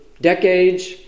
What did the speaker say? decades